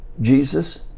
Jesus